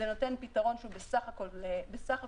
זה נותן פתרון שהוא בסך הכול בסדר.